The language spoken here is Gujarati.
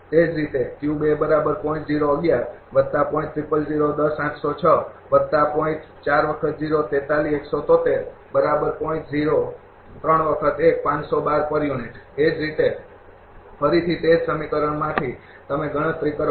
એ જ રીતે એ જ રીતે ફરીથી તે જ સમીકરણમાંથી તમે ગણતરી કરો